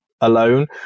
alone